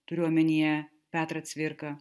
turiu omenyje petrą cvirką